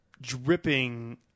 dripping